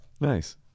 Nice